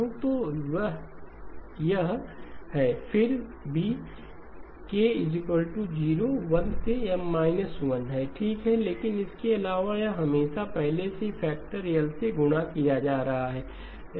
अब जब मैं इस पक्ष एक्सप्रेशन को देखता हूं तो यह WkMe j2kLM है फिर भी k 0 1 से M 1 है ठीक लेकिन इसके अलावा यह हमेशा पहले से ही फैक्टर L से गुणा किया जा रहा है